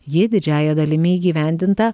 ji didžiąja dalimi įgyvendinta